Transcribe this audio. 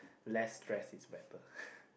less stress is better